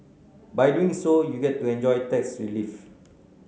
by doing so you get to enjoy tax relief